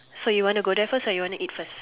so you want to go there first or you want to eat first